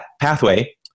pathway